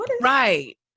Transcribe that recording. Right